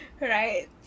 right